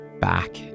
back